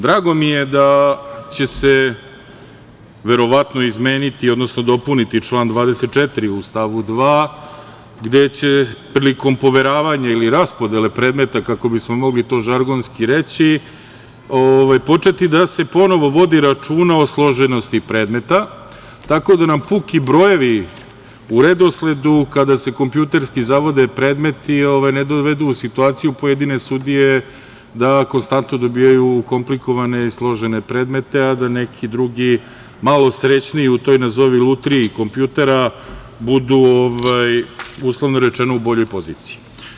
Drago mi je da će se verovatno izmeniti, odnosno dopuniti član 24. u stavu 2. gde će prilikom poveravanja ili raspodele predmeta, kako bismo mogli to žargonski reći, početi da se ponovo vodi računa o složenosti predmeta, tako da nam puki brojevi u redosledu kada se kompjuterski zavode predmeti ne dovedu u situaciju pojedine sudije da konstantno dobijaju komplikovane i složene predmete, a da neki drugi, malo srećniji u toj, nazovi, lutriji kompjutera, budu, uslovno rečeno, u boljoj poziciji.